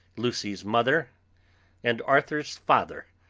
lucy's mother and arthur's father,